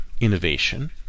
innovation